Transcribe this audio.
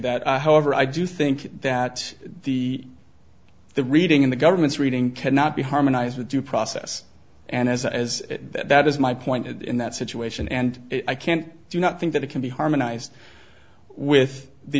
that however i do think that the the reading in the government's reading cannot be harmonized with due process and as as that is my point in that situation and i can't do not think that it can be harmonized with the